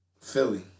Philly